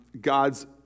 God's